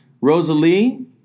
Rosalie